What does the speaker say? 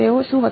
તેઓ શું હતા